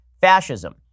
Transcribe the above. fascism